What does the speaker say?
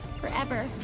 Forever